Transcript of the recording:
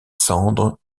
cendres